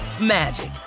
magic